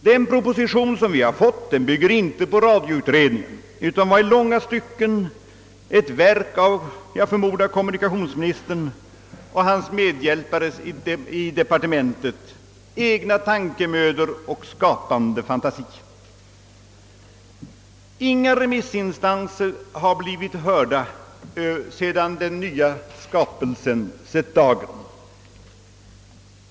Den proposition som vi har fått bygger inte på radioutredningen utan var i långa stycken ett verk av, som jag förmodar, kommunikationsministerns och hans medhjälpares i departementet egna tankemödor och skapande fantasi. Inga remissinstanser har blivit hörda sedan den nya skapelsen sett dagen.